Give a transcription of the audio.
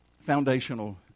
foundational